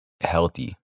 healthy